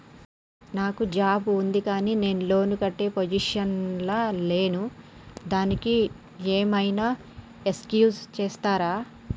నాకు జాబ్ ఉంది కానీ నేను లోన్ కట్టే పొజిషన్ లా లేను దానికి ఏం ఐనా ఎక్స్క్యూజ్ చేస్తరా?